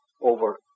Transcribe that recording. over